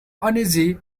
uneasy